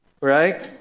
Right